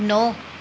ਨੌ